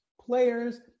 Players